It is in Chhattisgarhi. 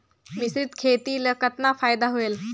मिश्रीत खेती ल कतना फायदा होयल?